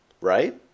Right